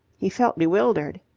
he felt bewildered.